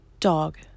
Dog